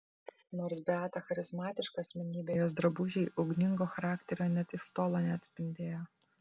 nors beata charizmatiška asmenybė jos drabužiai ugningo charakterio net iš tolo neatspindėjo